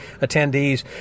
attendees